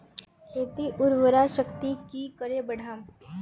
खेतीर उर्वरा शक्ति की करे बढ़ाम?